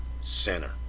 center